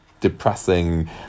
depressing